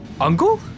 Uncle